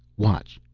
watch!